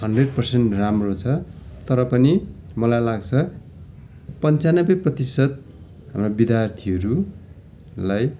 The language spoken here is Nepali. हन्ड्रेड पर्सेन्ट राम्रो छ तर पनि मलाई लाग्छ पन्चानब्बे प्रतिशत विद्यार्थीहरूलाई